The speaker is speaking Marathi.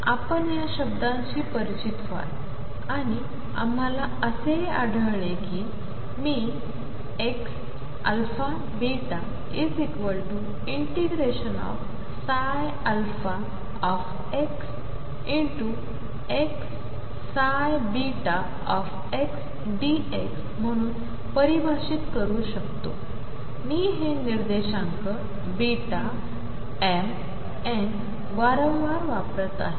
कारण आपण या शब्दांशी परिचित व्हाल आणि आम्हाला असेही आढळले की मी as xαβ∫xxxdx म्हणून परिभाषित करू शकतो मी हे निर्देशांक β m n वारंवार वापरत आहे